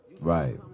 Right